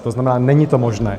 To znamená, není to možné.